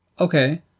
Okay